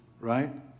right